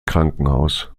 krankenhaus